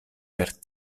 per